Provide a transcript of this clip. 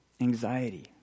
anxiety